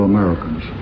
Americans